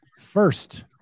First